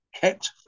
kept